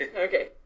Okay